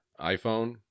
iPhone